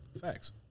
Facts